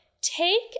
take